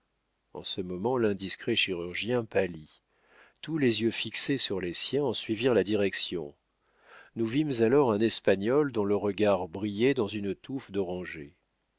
en ce moment l'indiscret chirurgien pâlit tous les yeux fixés sur les siens en suivirent la direction nous vîmes alors un espagnol dont le regard brillait dans une touffe d'orangers